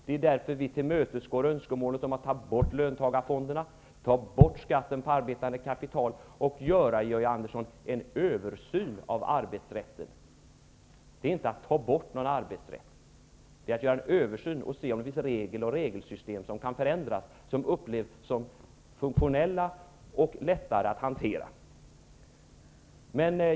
Det är därför som vi tillmötesgår önskemålet att avskaffa löntagarfonderna, ta bort skatten på arbetande kapital och göra, Georg Andersson, en översyn av arbetsrätten. Det handlar inte om att ta bort arbetsrätten. Vi gör en översyn för att se om vissa regler och regelsystem kan förändras så att de kan upplevas som funktionella och lättare att hantera.